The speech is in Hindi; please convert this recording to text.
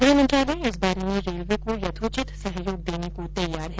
गृह मंत्रालय इस बारे में रेलवे को यथोचित सहयोग देने को तैयार है